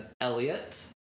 Elliot